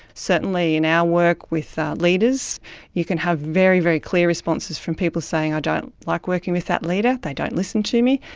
certainly in our work with leaders you can have very, very clear responses from people saying i don't like working with that leader, they don't listen to me'.